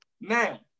now